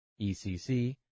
ECC